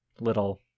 little